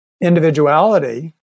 individuality